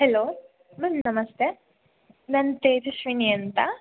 hello ma'am ನಮಸ್ತೆ ನಾನು ತೇಜಸ್ವಿನಿ ಅಂತ